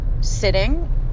sitting